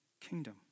kingdom